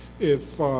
if